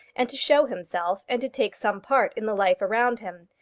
and to show himself, and to take some part in the life around him,